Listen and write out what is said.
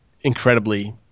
incredibly